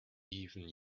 even